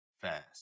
fast